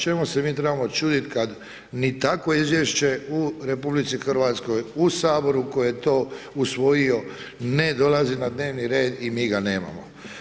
Čemu se mi trebamo čudit kad ni takvo izvješće u RH u Saboru koji je to usvojio, ne dolazi na dnevni red i mi ga nemamo.